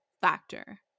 factor